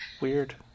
weird